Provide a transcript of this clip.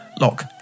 lock